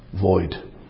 void